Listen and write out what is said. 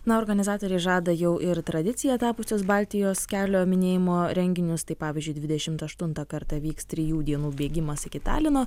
na organizatoriai žada jau ir tradicija tapusios baltijos kelio minėjimo renginius tai pavyzdžiui dvidešimt aštuntą kartą vyks trijų dienų bėgimas iki talino